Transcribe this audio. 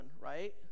right